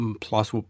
plus